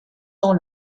dans